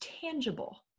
tangible